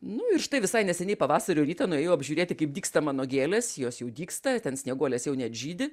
nu ir štai visai neseniai pavasario rytą nuėjau apžiūrėti kaip dygsta mano gėlės jos jau dygsta ten snieguolės jau net žydi